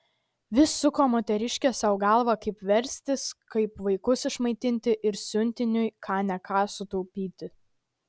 vis suko moteriškė sau galvą kaip verstis kaip vaikus išmaitinti ir siuntiniui ką ne ką sutaupyti